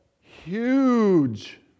huge